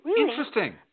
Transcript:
interesting